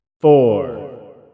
Four